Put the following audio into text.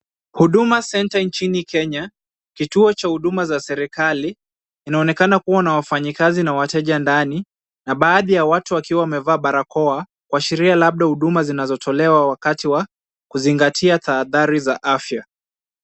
Huduma Center nchini Kenya, kituo cha huduma za serikali, inaonekana kuwa na wafanyikazi na wateja ndani na baadhi ya watu wakiwa wamevaa barakoa, kuashiria labda huduma zinazotolewa wakati wa kuzingatia tahadhari za afya.